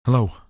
Hello